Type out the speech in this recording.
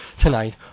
tonight